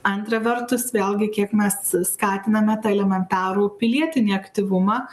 antra vertus vėlgi kiek mes skatiname tą elementarų pilietinį aktyvumą